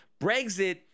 Brexit